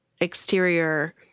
exterior